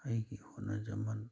ꯑꯩꯒꯤ ꯍꯣꯠꯅꯖꯃꯟ